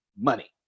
money